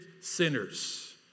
sinners